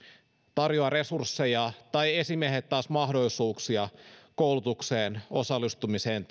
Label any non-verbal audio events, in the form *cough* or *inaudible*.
tarjoaa resursseja ja esimiehet taas mahdollisuuksia koulutukseen osallistumiseen *unintelligible*